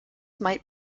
might